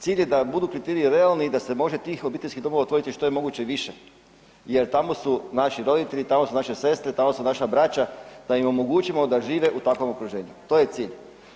Cilj je da budu kriteriji realni i da se može tih obiteljskih domova otvoriti što je moguće više jer tamo su naši roditelji, tamo su naše sestre, tamo su naša braća, da im omogućimo da žive u takvom okruženju, to je cilj.